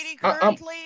currently